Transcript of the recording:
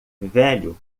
velho